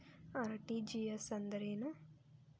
RTGS ಅಂದ್ರೇನು?